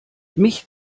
mich